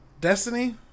Destiny